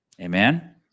amen